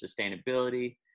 sustainability